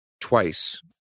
twice